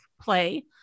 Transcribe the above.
play